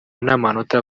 n’amanota